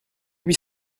huit